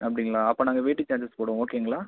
அப்படிங்களா அப்போ நாங்கள் வெயிட்டிங் சார்ஜஸ் போடுவோம் ஓகேங்களா